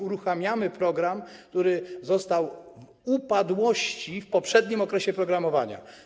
Uruchamiamy program, który był w upadłości w poprzednim okresie programowania.